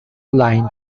line